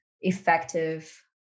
effective